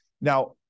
Now